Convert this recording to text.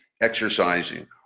exercising